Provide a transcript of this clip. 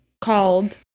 called